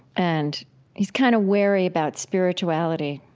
and he's kind of wary about spirituality,